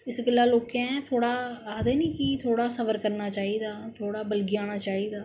इस गल्ला लोकें थोह्ड़ा आक्खदे ने कि थोह्ड़ा सबर करना चाहिदा थोह्ड़ा बलगी जाना चाहिदा